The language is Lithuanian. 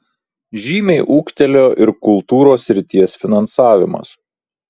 žymiai ūgtelėjo ir kultūros srities finansavimas